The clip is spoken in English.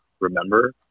remember